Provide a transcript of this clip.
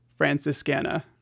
franciscana